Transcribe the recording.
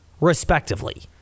respectively